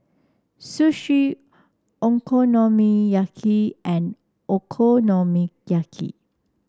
Sushi Okonomiyaki and Okonomiyaki